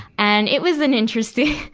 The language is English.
and, it was an interesting,